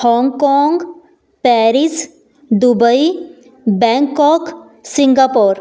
Hong Kong Paris Dubai Bangkok Singapore